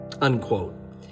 unquote